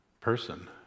person